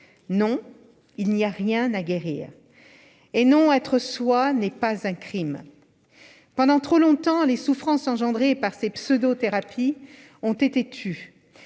Non, il n'y a rien à guérir. Et non, être soi n'est pas un crime ! Pendant trop longtemps, les souffrances engendrées par ces pseudo-thérapies ont été tues.